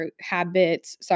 habits